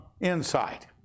inside